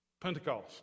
Pentecost